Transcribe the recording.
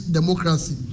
democracy